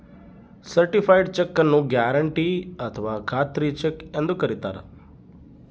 certified cheque ನ್ನು guarantee ಅಥಾವ ಖಾತ್ರಿ ಚೆಕ್ ಎಂದು ಕರಿತಾರೆ